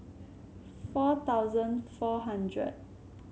four thousand four hundred